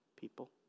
people